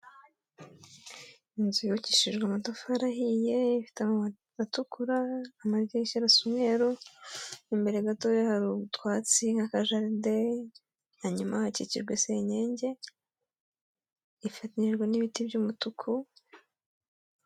Inzu yukishijwe amatafari ahiye ifite amaba atukura amadirishya arasa umweru, imbere gatoya hari utwatsi nk'akajaride na nyuma hakikijwe senyenge ifatanyijwe n'ibiti by'umutuku.